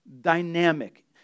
dynamic